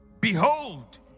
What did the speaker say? Behold